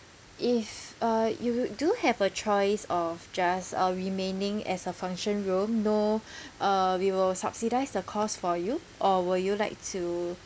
if uh you do have a choice of just uh remaining as a function room no uh we will subsidize the cost for you or will you like to